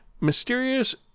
mysterious